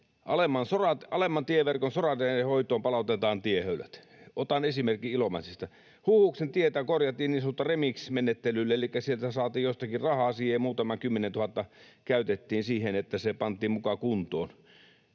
alemman tieverkon sorateiden hoitoon palautetaan tiehöylät. Otan esimerkin Ilomantsista. Huhuksentietä korjattiin niin sanotulla remix-menettelyllä, elikkä sieltä saatiin jostakin rahaa siihen. Muutama kymmenen tuhatta käytettiin siihen, että se pantiin muka kuntoon.